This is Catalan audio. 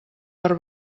per